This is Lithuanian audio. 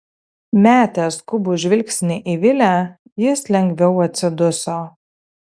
metęs skubų žvilgsnį į vilę jis lengviau atsiduso